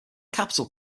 capital